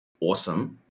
awesome